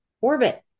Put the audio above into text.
orbit